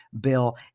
Bill